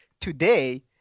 today